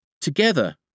Together